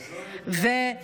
ללא ידיעת אנשי